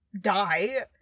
die